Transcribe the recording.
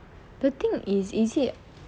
the thing is is it